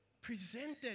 presented